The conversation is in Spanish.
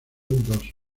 dos